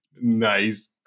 nice